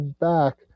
back